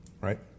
Right